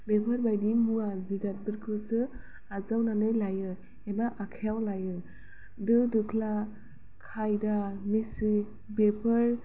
बेफोरबायदि मुवा जिरादफोरखौसो आजावनानै लायो एबा आखाइयाव लायो दो दोख्ला खायदा मिस्त्रि बेफोर